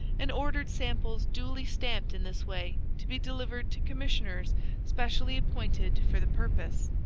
and ordered samples duly stamped in this way to be delivered to commissioners specially appointed for the purpose.